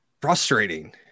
frustrating